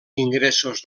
ingressos